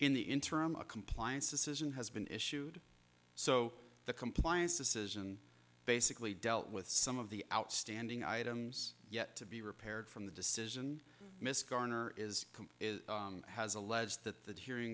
in the interim a compliance decision has been issued so the compliance decision basically dealt with some of the outstanding items yet to be repaired from the decision miss garner is is has alleged that that hearing